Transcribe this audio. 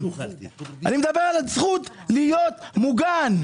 אני מדבר על הזכות להיות מוגן,